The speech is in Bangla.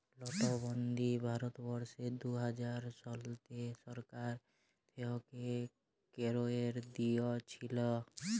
লটবল্দি ভারতবর্ষে দু হাজার শলতে সরকার থ্যাইকে ক্যাইরে দিঁইয়েছিল